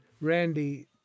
Randy